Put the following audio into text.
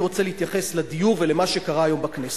אני רוצה להתייחס לדיור ולמה שקרה היום בכנסת.